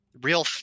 real